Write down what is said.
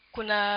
Kuna